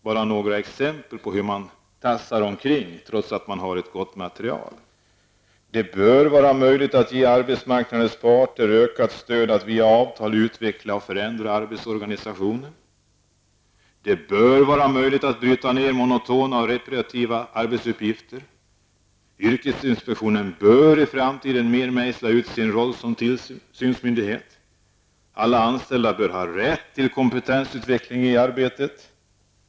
Jag kan ge några exempel på hur man tassar omkring trots att man har ett gott material: Det bör vara möjligt att ge arbetsmarknadens parter ökat stöd att via avtal utveckla och förändra arbetsorganisationen. Det bör vara möjligt att bryta ner monotona arbetsuppgifter. Yrkesinspektionen bör i framtiden mer mejsla ut sin roll som tillsynsmyndighet. Alla anställda bör ha rätt till kompetensutveckling i arbetet.